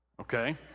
Okay